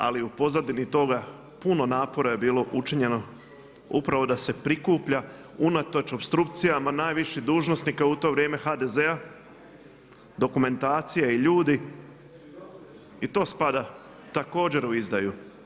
Ali u pozadini toga puno napora je bilo učinjeno upravo da se prikuplja unatoč opstrukcijama najviših dužnosnika u to vrijeme HDZ-a, dokumentacija i ljudi i to spada također u izdaju.